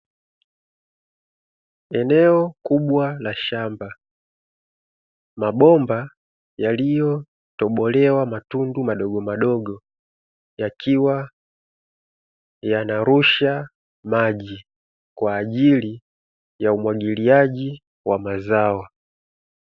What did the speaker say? Eneo kubwa la shamba mabomba yaliyotoborewa matundu madogomadogo, yakiwa yanarusha maji kwa ajili ya umwagiliaji wa mazao.